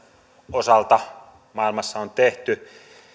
osalta maailmassa on tehty